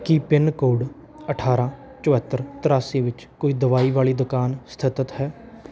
ਕੀ pin code ਅਠਾਰ੍ਹਾਂ ਚੁਹੱਤਰ ਤ੍ਰਿਆਸੀ ਵਿੱਚ ਕੋਈ ਦਵਾਈ ਵਾਲੀ ਦੁਕਾਨ ਸਥਿਤ ਹੈ